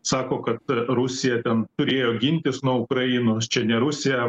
sako kad rusija ten turėjo gintis nuo ukrainos čia ne rusija